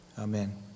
Amen